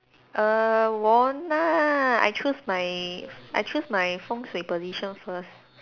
err won't lah I choose my I choose my fengshui position first